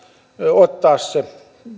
ottaa se